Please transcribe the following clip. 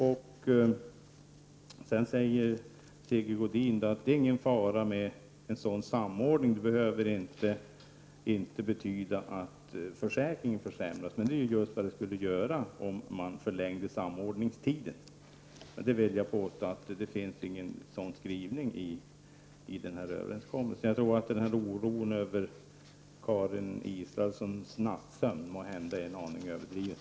Sigge Godin säger att det inte är någon fara med en samordning och att den inte skulle betyda att försäkringen försämras. Men det är just vad det skulle innebära om man förlängde samordningstiden. Jag vill påstå att det inte finns någon skrivning av den innebörden i den här överenskommelsen. Jag tror att oron över Karin Israelssons nattsömn måhända är något överdriven.